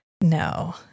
no